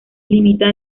limita